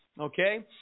okay